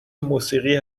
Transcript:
موسیقی